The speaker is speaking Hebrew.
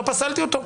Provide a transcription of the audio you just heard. לא פסלתי אותו.